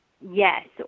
yes